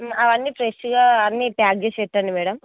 అవన్నీ ఫ్రెష్గా అన్నీ ప్యాక్ చేసి పెట్టండి మ్యాడమ్